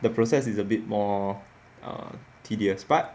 the process is a bit more uh tedious part